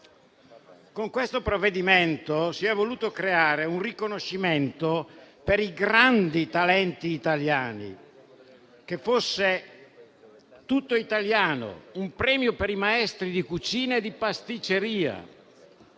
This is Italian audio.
Con questo provvedimento si è voluto creare un riconoscimento per i grandi talenti italiani che fosse tutto italiano, un premio per i maestri di cucina e di pasticceria.